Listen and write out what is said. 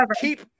keep